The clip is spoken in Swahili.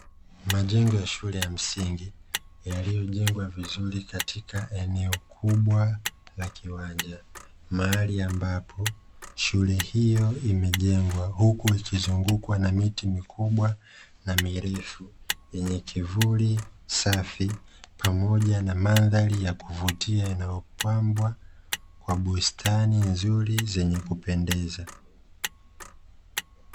Majengo ya shule ya msingi yaliyojengwa vizuri katika eneo kubwa la kiwanja, mahali ambapo shule hiyo imejengwa huku ikizungukwa na miti mikubwa na mirefu yenye kivuli safi, pamoja na mandhari ya kuvutia inayopambwa kwa bustani nzuri zenye kupendeza.